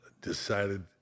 decided